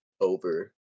over